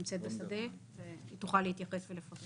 היא תוכל להתייחס ולפרט.